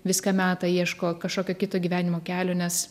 viską meta ieško kažkokio kito gyvenimo kelio nes